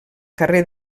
carrer